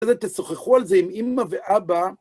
אחרי זה תשוחחו על זה עם אמא ואבא.